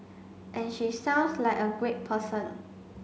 and she sounds like a great person